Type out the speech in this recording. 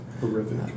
Horrific